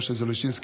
משה זלושינסקי,